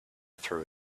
threw